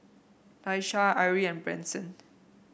Daisha Arie and Branson